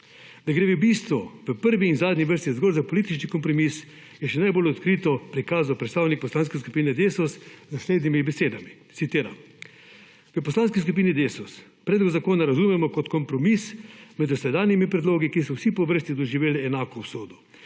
Da gre v bistvu v prvi in zadnji vrsti zgolj za političen kompromis je še najbolj odkriti prikazal predstavnik Poslanske skupine Desus z naslednjimi besedami, citiram: »V Poslanski skupini Desus predlog zakona razumemo kot kompromis med dosedanjimi predlogi, **21. TRAK: (DAG) – 10.40**